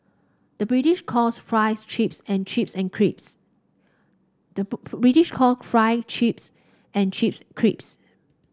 the British calls fries chips and chips and crisps the British call fries chips and chips crisps